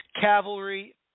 Cavalry